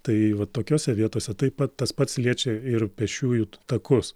tai va tokiose vietose taip pat tas pats liečia ir pėsčiųjų takus